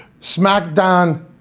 SmackDown